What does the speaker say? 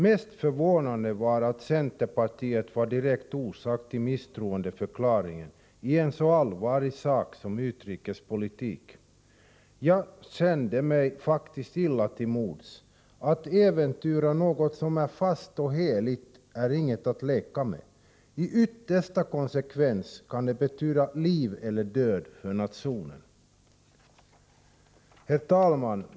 Mest förvånande var att centerpartiet var direkt orsak till misstroendeförklaringen i en så allvarlig sak som utrikespolitik. Jag kände mig faktiskt illa till mods. Att äventyra något som är fast och heligt är inget att leka med - i yttersta konsekvens kan det betyda liv eller död för nationen. Herr talman!